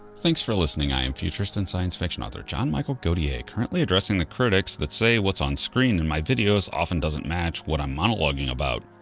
thanks for listening! i am futurist and science fiction author john michael godier currently addressing the critics that say what's onscreen in my videos often doesn't match what i'm monologuing about.